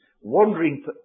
wandering